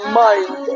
mind